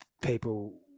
people